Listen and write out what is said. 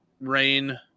Rain